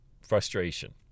frustration